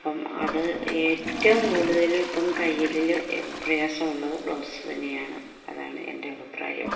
അപ്പം അത് ഏറ്റവും കൂടുതല് ഇപ്പം തയ്യലില് പ്രയാസമുള്ളത് ബ്ലൗസ് തന്നെയാണ് അതാണെൻ്റെ അഭിപ്രായം